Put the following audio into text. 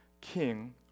king